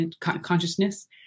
consciousness